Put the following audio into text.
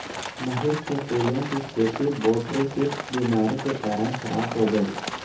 महेश के फूलों की खेती बोटरीटिस बीमारी के कारण खराब हो गई